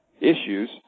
issues